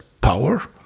power